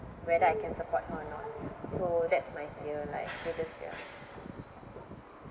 whether I can support her or not so that's my fear like biggest fear